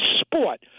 sport